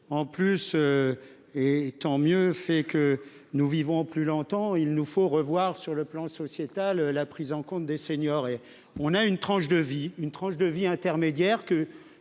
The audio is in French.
En plus. Et tant mieux fait que nous vivons plus longtemps, il nous faut revoir sur le plan sociétal. La prise en compte des seniors et. On a une tranche de vie, une tranche de vie intermédiaire